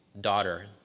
daughter